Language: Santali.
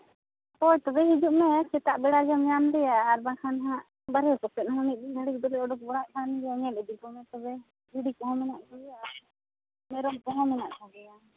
ᱦᱳᱭ ᱛᱚᱵᱮ ᱦᱤᱡᱩᱜ ᱢᱮ ᱥᱮᱛᱟᱜ ᱵᱮᱲᱟ ᱜᱮᱢ ᱧᱟᱢ ᱞᱮᱭᱟ ᱟᱨ ᱵᱟᱠᱷᱟᱱ ᱦᱟᱸᱜ ᱵᱟᱦᱨᱮ ᱠᱚᱥᱮᱫ ᱦᱚᱸ ᱢᱤᱫ ᱜᱷᱟᱹᱲᱤᱡ ᱫᱚᱞᱮ ᱚᱰᱚᱠ ᱵᱟᱲᱟᱜ ᱠᱟᱱ ᱜᱮᱭᱟ ᱧᱮᱞ ᱤᱫᱤ ᱠᱚᱢᱮ ᱛᱚᱵᱮ ᱵᱷᱤᱰᱤ ᱠᱚᱦᱚᱸ ᱢᱮᱱᱟᱜ ᱠᱚ ᱜᱮᱭᱟ ᱢᱮᱨᱚᱢ ᱠᱚᱦᱚᱸ ᱢᱮᱱᱟᱜ ᱠᱚᱜᱮᱭᱟ